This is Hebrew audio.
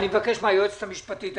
אני אבקש מהיועצת המשפטית.